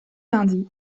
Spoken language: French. lundi